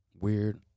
weird